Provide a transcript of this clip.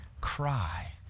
cry